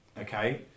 Okay